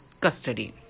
custody